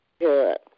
Good